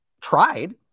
tried